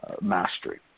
mastery